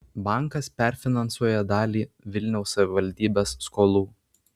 bankas perfinansuoja dalį vilniaus savivaldybės skolų